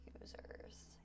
users